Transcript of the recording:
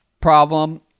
problem